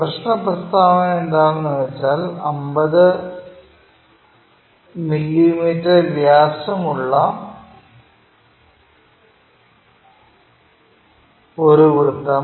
പ്രശ്ന പ്രസ്താവന എന്താണെന്നു വെച്ചാൽ 50 മില്ലീമീറ്റർ വ്യാസമുള്ള ഒരു വൃത്തം